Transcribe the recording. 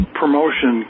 promotion